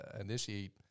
initiate